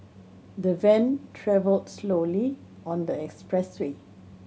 the van travelled slowly on the expressway